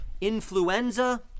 influenza